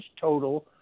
total